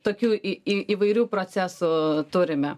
tokių į į įvairių procesų turime